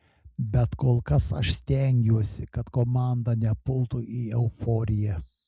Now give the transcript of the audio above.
bet kol kas aš stengiuosi kad komanda nepultų į euforiją